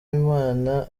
imana